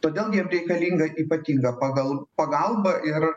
todėl jiem reikalinga ypatinga pagal pagalba ir